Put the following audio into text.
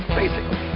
basically,